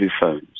phones